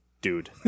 dude